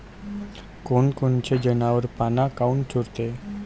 कोनकोनचे जनावरं पाना काऊन चोरते?